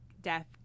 death